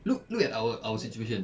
look look at our situation